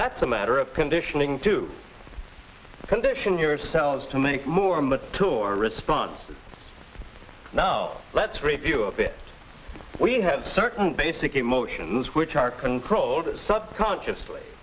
that's a matter of conditioning to condition yourself to make more mature responses now let's review of it we have certain basic emotions which are controlled sub consciously